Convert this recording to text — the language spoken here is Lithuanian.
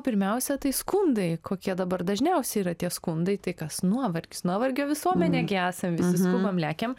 pirmiausia tai skundai kokie dabar dažniausi yra tie skundai tai kas nuovargis nuovargio visuomenė gi esam visi skubam lekiam